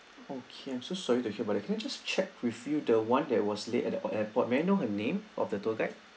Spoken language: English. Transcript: okay I'm so sorry to hear about it can I just check with you the one that was late at the airport may I know her name of the tour guide